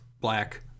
black